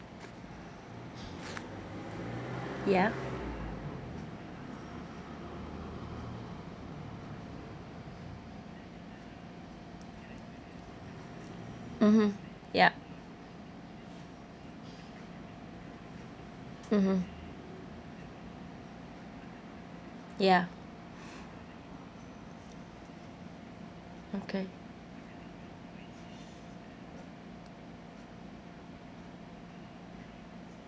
ya mmhmm yup mmhmm ya okay